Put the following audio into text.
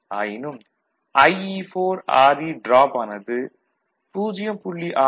ஆயினும் IE4RE drop ஆனது 0